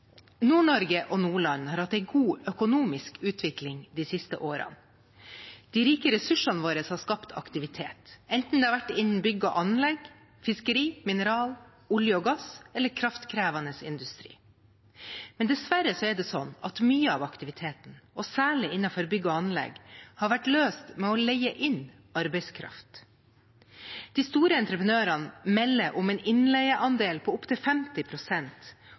Nord-Norge og Nordland har hatt en god økonomisk utvikling de siste årene. De rike ressursene våre har skapt aktivitet, enten det har vært innen bygg og anlegg, fiskeri, mineral, olje og gass eller kraftkrevende industri. Men dessverre er det sånn at mye av aktiviteten – og særlig innenfor bygg og anlegg – har vært løst ved å leie inn arbeidskraft. De store entreprenørene melder om en innleieandel på opptil